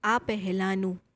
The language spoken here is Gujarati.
આ પહેલાંનું